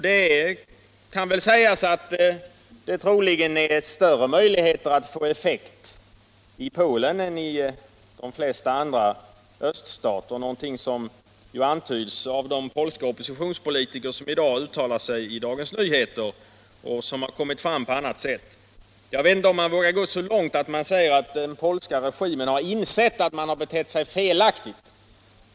Det kan väl sägas att det troligen är större möjligheter att få effekt i Polen än i de flesta andra öststater, något som ju antyds av de polska oppositionspolitiker, som i dag uttalar sig i Dagens Nyheter eller som kommit till tals på annat sätt. Jag vet inte om man vågar gå så långt som att säga, att den polska regimen har insett att den betett sig felaktigt.